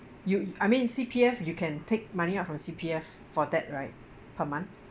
you I mean C_P_F you can take money out from C_P_F for that right per month